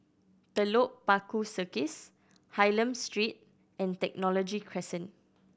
Telok Paku Circus Hylam Street and Technology Crescent